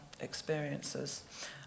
experiences